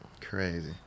Crazy